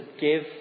give